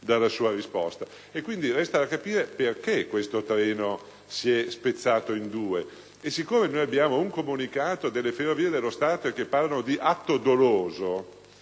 quindi, da capire perché questo treno si sia spezzato in due parti. Poiché abbiamo un comunicato delle Ferrovie dello Stato che parla di atto doloso,